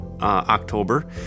October